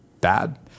bad